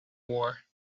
war